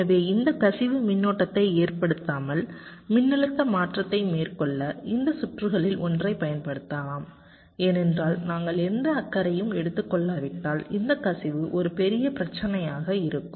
எனவே இந்த கசிவு மின்னோட்டத்தை ஏற்படுத்தாமல் மின்னழுத்த மாற்றத்தை மேற்கொள்ள இந்த சுற்றுகளில் ஒன்றைப் பயன்படுத்தலாம் ஏனென்றால் நாங்கள் எந்த அக்கறையும் எடுத்துக் கொள்ளாவிட்டால் இந்த கசிவு ஒரு பெரிய பிரச்சினையாக இருக்கும்